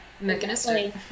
mechanistic